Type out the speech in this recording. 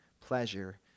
pleasure